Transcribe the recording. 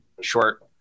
short